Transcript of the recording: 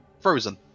Frozen